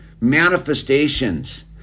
manifestations